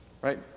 Right